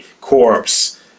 Corpse